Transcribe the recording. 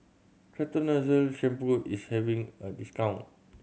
Ketoconazole Shampoo is having a discount